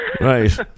Right